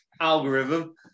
algorithm